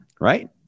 right